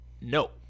No